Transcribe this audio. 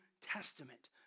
Testament